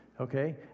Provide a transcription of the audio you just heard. okay